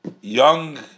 young